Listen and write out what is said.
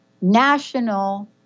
national